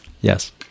Yes